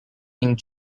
king